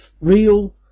real